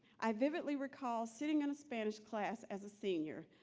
i vividly recall sitting in a spanish class, as a senior,